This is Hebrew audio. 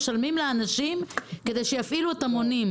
הם משלמים לאנשים כדי שיפעילו את המונים.